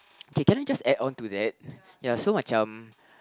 K can I just add on to that ya so macam